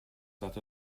that